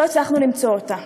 לא הצלחנו למצוא אותה.